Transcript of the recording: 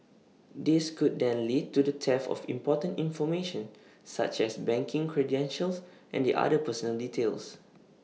this could then lead to the theft of important information such as banking credentials and the other personal details